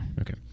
okay